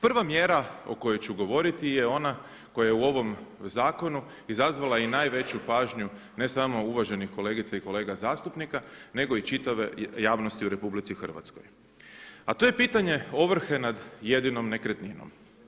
Prva mjera o kojoj ću govoriti je ona koja je u ovom zakonu izazvala i najveću pažnju ne samo uvaženih kolegica i kolega zastupnika nego i čitave javnosti u RH, a to je pitanje ovrhe nad jedinom nekretninom.